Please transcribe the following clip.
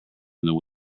wind